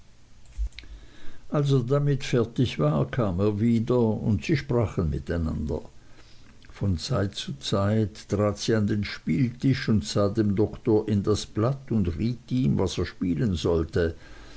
er damit fertig war kam er wieder und sie sprachen miteinander von zeit zu zeit trat sie an den spieltisch und sah dem doktor in das blatt und riet ihm was er spielen sollte